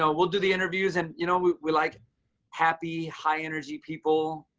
so we'll do the interviews and you know we like happy high energy people,